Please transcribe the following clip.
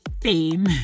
fame